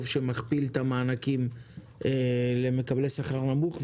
אבל זה מהלך טוב שמכפיל את המענקים למקבלי שכר נמוך.